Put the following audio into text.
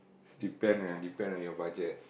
depend ah depend on your budget